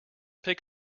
pick